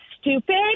stupid